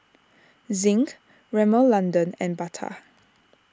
Zinc Rimmel London and Bata